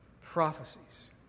prophecies